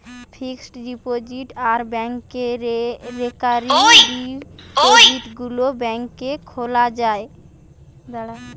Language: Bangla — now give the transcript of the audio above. ফিক্সড ডিপোজিট আর ব্যাংকে রেকারিং ডিপোজিটে গুলা ব্যাংকে খোলা যায়